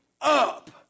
up